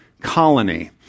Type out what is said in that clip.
colony